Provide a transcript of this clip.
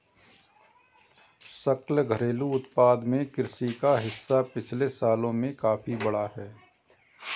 सकल घरेलू उत्पाद में कृषि का हिस्सा पिछले सालों में काफी बढ़ा है